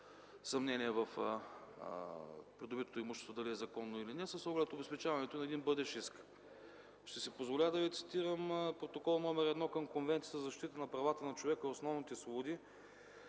съмнения в придобитото имущество дали е законно или не с оглед обезпечаването на един бъдещ иск. Ще си позволя да Ви цитирам Протокол № 1 към Конвенцията за защита на правата на човека и основните свободи.